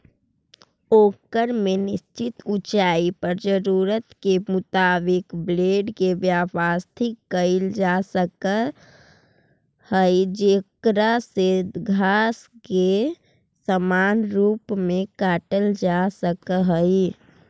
ओकर में निश्चित ऊँचाई पर जरूरत के मुताबिक ब्लेड के व्यवस्थित कईल जासक हई जेकरा से घास के समान रूप से काटल जा सक हई